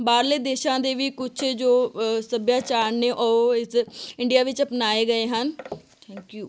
ਬਾਹਰਲੇ ਦੇਸ਼ਾਂ ਦੇ ਵੀ ਕੁਛ ਜੋ ਸੱਭਿਆਚਾਰ ਨੇ ਉਹ ਇਸ ਇੰਡੀਆ ਵਿੱਚ ਅਪਣਾਏ ਗਏ ਹਨ ਥੈਂਕ ਯੂ